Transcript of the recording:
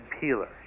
peeler